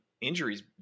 Injuries